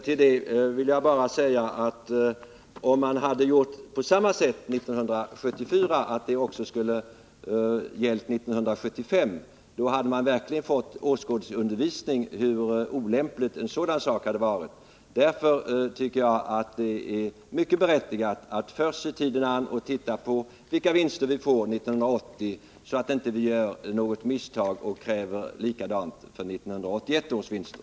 Till det vill jag bara säga att om man hade gjort på samma sätt 1974 och bestämt att beslutet också skulle gälla 1975 års vinster, hade man verkligen fått åskådningsundervisning i hur olämplig en sådan sak hade varit. Därför tycker jagatt det är i hög grad berättigat att först se tiden an och titta på vilka vinster vi får 1980, så att vi inte gör något misstag och ställer samma krav för 1981 års vinster.